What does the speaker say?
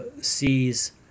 sees